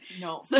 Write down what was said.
No